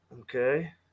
okay